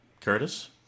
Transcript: Curtis